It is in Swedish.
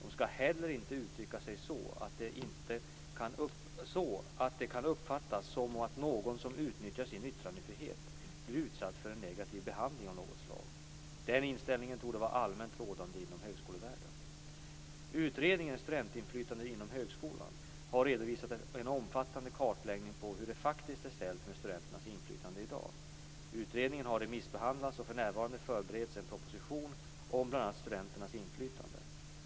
De skall heller inte uttrycka sig så att det kan uppfattas som att någon som utnyttjar sin yttrandefrihet blir utsatt för en negativ behandling av något slag. Den inställningen torde vara allmänt rådande inom högskolevärlden. har redovisat en omfattande kartläggning av hur det faktiskt är ställt med studenternas inflytande i dag. Utredningen har remissbehandlats och för när varande förbereds en proposition om bl.a. studenternas inflytande.